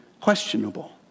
questionable